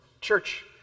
church